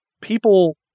people